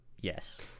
Yes